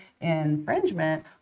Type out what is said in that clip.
infringement